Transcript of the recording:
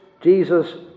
Jesus